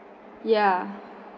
ya